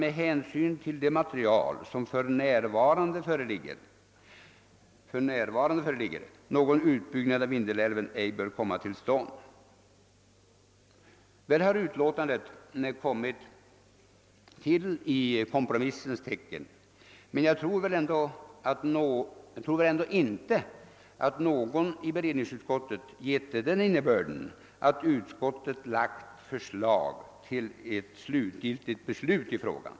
med hänsyn till det material som för närvarande föreligger, någon utbyggnad av Vindelälven ej. bör komma till stånd.» Utlåtandet har kommit till i kompromissens. tecken, men jag tror väl ändå inte att någon i beredningsutskottet givit det den innebörden att utskottet föreslagit ett slutgiltigt beslut i frågan.